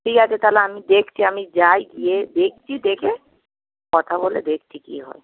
ঠিক আছে তাহলে আমি দেখছি আমি যাই গিয়ে দেখছি দেখে কথা বলে দেখছি কী হয়